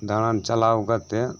ᱫᱟᱲᱟᱱ ᱪᱟᱞᱟᱣ ᱠᱟᱛᱮᱜ